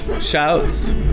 shouts